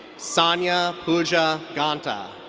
sanya puja ganta.